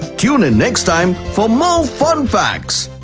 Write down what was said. tune in next time for more fun facts!